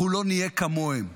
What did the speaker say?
אנחנו לא נהיה כמוהם.